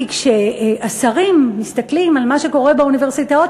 כי כשהשרים מסתכלים על מה שקורה באוניברסיטאות,